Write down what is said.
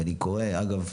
ואני קורא אגב,